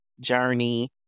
journey